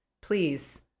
please